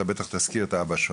אתה בטח תזכיר את אבא שלך,